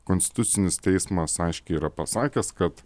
konstitucinis teismas aiškiai yra pasakęs kad